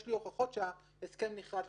יש לי הוכחות שההסכם נכרת לפני,